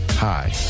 Hi